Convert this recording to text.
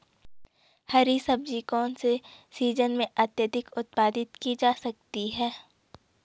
हरी सब्जी कौन से सीजन में अत्यधिक उत्पादित की जा सकती है?